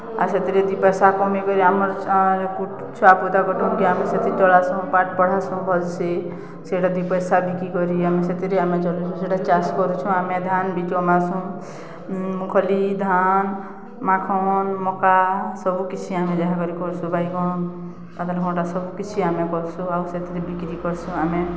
ଆଉ ସେଥିରେ ଦି ପଏସା କମେଇକରି ଆମେ ଛୁଆ ପୁତା କୁଟୁମ୍କେ ଆମେ ସେଥିରେ ଚଳାସୁଁ ପାଠ୍ ପଢ଼ାସୁଁ ଭଲ୍ସେ ସେଟା ଦି ପଏସା ବିକି କରି ଆମେ ସେଥିରେ ଆମେ ଚଲ୍ସୁ ସେଟା ଚାଷ୍ କରୁଛୁଁ ଆମେ ଧାନ୍ ବିି କମାସୁଁ ମୁଖ୍ଫୁଲି ଧାନ୍ ମାଖନ୍ ମକା ସବୁକିଛି ଆମେ ଯାହା କରି କର୍ସୁ ବାଇଗନ୍ ପାତଲ୍ଘଟା ସବୁକଛି ଆମେ କର୍ସୁ ଆଉ ସେଥିରେ ବିକ୍ରି କର୍ସୁଁ ଆମେ